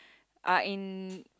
are in